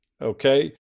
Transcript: Okay